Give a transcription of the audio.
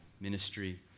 ministry